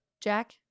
Jack